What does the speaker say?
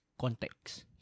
context